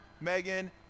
Megan